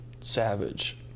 savage